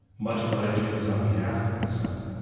much of what i do is on behalf of my son.